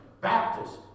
Baptist